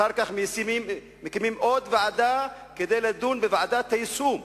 אחר כך מקימים עוד ועדה כדי לדון בוועדת היישום,